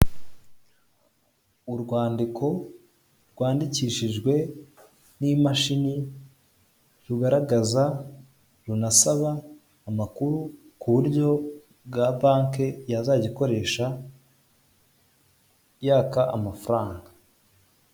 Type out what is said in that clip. Urwandiko rwandikishijwe n'imashini rugaragaza runasaba amakuru ku buryo bwa banke yazajya ikoresha yaka amafaranga.